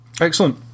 excellent